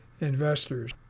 investors